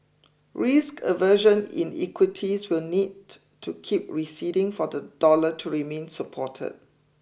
risk aversion in equities will need to keep receding for the dollar to remain supported